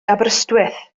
aberystwyth